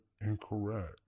incorrect